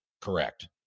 Correct